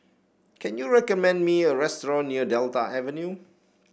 can you recommend me a restaurant near Delta Avenue